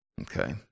Okay